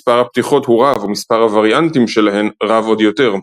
מספר הפתיחות הוא רב ומספר הווריאנטים שלהן רב עוד יותר.